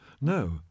No